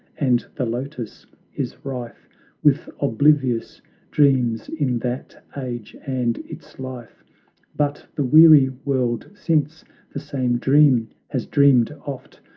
and the lotus is rife with oblivious dreams in that age and its life but the weary world since the same dream has dreamed oft,